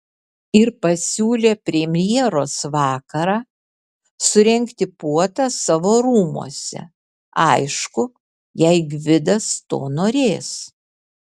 ir pasiūlė premjeros vakarą surengti puotą savo rūmuose aišku jei gvidas to norės